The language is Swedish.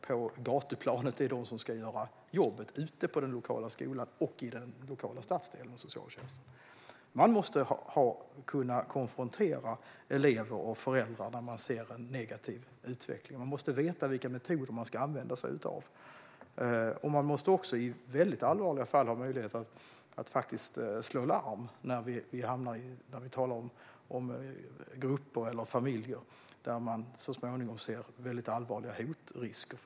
Det är skolan och socialtjänsten som ska göra jobbet på den lokala skolan och i den lokala stadsdelen. Man måste kunna konfrontera elever och föräldrar när man ser en negativ utveckling. Man måste veta vilka metoder man ska använda sig av. I väldigt allvarliga fall måste man ha möjligheter att slå larm. Då talar vi om grupper eller familjer där man så småningom ser väldigt allvarliga hot och risker.